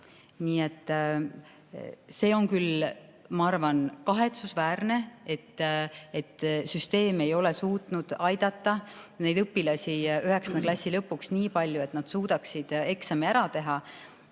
kooli. See on, ma arvan, kahetsusväärne, et süsteem ei ole suutnud aidata neid õpilasi 9. klassi lõpuks nii palju, et nad suudaksid eksami ära teha.